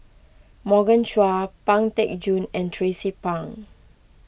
Morgan Chua Pang Teck Joon and Tracie Pang